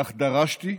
כך דרשתי,